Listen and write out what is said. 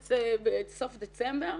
לארץ בסוף דצמבר.